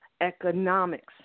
economics